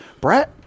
brett